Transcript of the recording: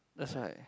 that's right